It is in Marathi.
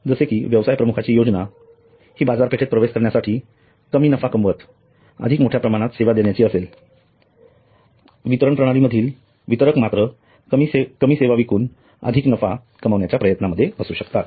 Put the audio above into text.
जसे कि व्यवसाय प्रमुखाची योजना हि बाजारपेठेत प्रवेश करण्यासाठी कमी नफा कमवत अधिक मोठया प्रमाणात सेवा देण्याची असेल वितरण प्रणाली मधील वितरक मात्र कमी सेवा विकून अधिक चा नफा कमविण्याच्या प्रयत्नांमध्ये असू शकतात